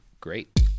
great